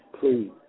Please